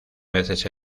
veces